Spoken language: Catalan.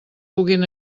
puguin